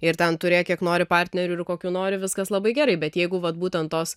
ir ten turėk kiek nori partnerių ir kokių nori viskas labai gerai bet jeigu vat būtent tos